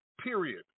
period